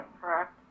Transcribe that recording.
correct